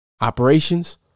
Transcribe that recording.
Operations